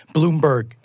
Bloomberg